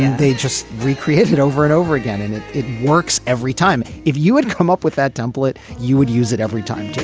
they just recreate it over and over again and it it works every time. if you would come up with that template you would use it every time